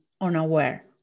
unaware